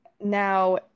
Now